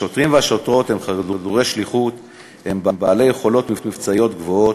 השוטרים והשוטרות הם חדורי שליחות ובעלי יכולות מבצעיות גבוהות.